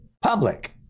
public